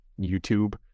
YouTube